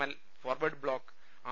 L forward block R